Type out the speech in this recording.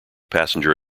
passenger